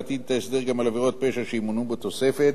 עבירות פשע שיימנו בתוספת באישור הוועדה.